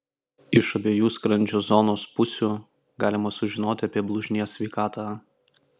iš abiejų skrandžio zonos pusių galima sužinoti apie blužnies sveikatą